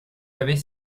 avez